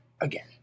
again